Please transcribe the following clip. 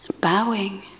bowing